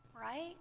right